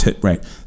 right